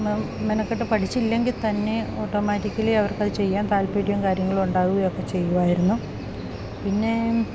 മെനക്കെട്ട് പഠിച്ചില്ലെങ്കിൽ തന്നെ ഓട്ടോമാറ്റിക്കലി അവർക്കത് ചെയ്യാൻ താല്പര്യം കാര്യങ്ങളും ഉണ്ടാവുകയും ഒക്കെ ചെയ്യുവായിരുന്നു പിന്നേ